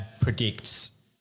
predicts